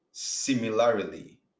Similarly